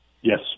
Yes